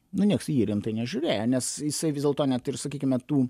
nu nieks į jį rimtai nežiūrėjo nes jisai vis dėlto net ir sakykime tų